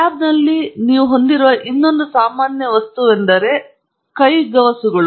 ಲ್ಯಾಬ್ನಲ್ಲಿ ನೀವು ಹೊಂದಿರುವ ಇತರ ಸಾಮಾನ್ಯ ವಿಷಯವೆಂದರೆ ನಿಮಗೆ ತಿಳಿದಿರುವ ಒಂದು ಕೈಗವಸುಗಳು